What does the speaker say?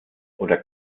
oder